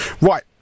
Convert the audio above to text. right